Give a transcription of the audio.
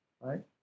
right